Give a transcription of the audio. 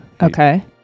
Okay